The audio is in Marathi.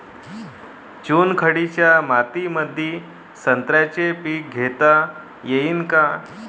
चुनखडीच्या मातीमंदी संत्र्याचे पीक घेता येईन का?